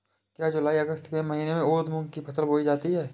क्या जूलाई अगस्त के महीने में उर्द मूंग की फसल बोई जाती है?